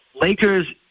Lakers